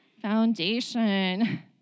foundation